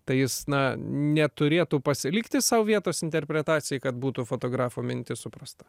tai jis na neturėtų pasilikti sau vietos interpretacijai kad būtų fotografo mintis suprasta